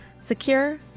Secure